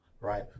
right